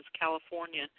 California